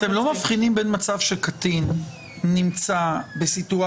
אתם לא מבחינים בין מצב שבו קטין נמצא בסיטואציה